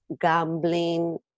gambling